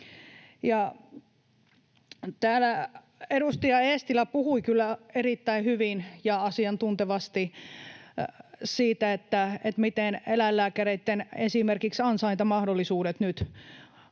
edustaja Eestilä puhui kyllä erittäin hyvin ja asiantuntevasti siitä, miten eläinlääkäreitten esimerkiksi ansaintamahdollisuudet nyt